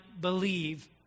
believe